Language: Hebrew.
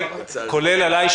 כולל עלי,